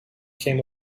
came